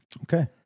Okay